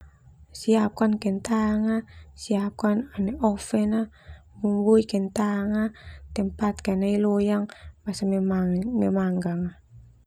Siapkan kentang ah, siapkan an oven ah, bumbui kentang ah, tempatkan ah nai loyang basa memanggang.